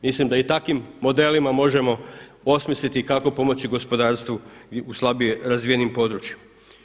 Mislim da i takvim modelima možemo osmisliti kako pomoći gospodarstvu u slabije razvijenom području.